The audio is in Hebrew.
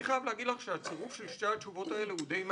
אני חייב להגיד לך שהצירוף של שתי התשובות הוא די מהמם.